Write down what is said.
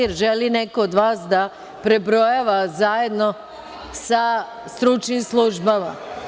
Da li želi neko od vas da prebrojava zajedno sa stručnim službama?